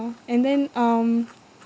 and then um